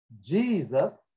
Jesus